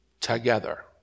together